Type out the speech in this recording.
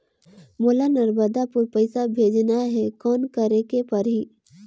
मोला नर्मदापुर पइसा भेजना हैं, कौन करेके परही?